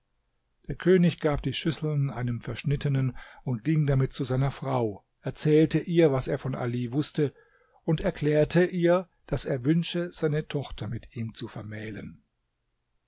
der könig gab die schüsseln einem verschnittenen und ging damit zu seiner frau erzählte ihr was er von all wußte und erklärte ihr daß er wünsche seine tochter mit ihm zu vermählen